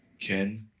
Ken